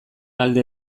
alde